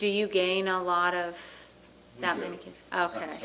do you gain a lot of that many kids ok